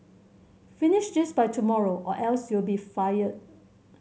finish this by tomorrow or else you'll be fired